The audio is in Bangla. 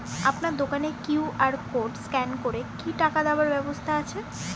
আপনার দোকানে কিউ.আর কোড স্ক্যান করে কি টাকা দেওয়ার ব্যবস্থা আছে?